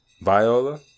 Viola